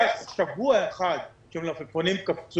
היה שבוע אחד שמחיר המלפפונים קפץ